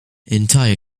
entire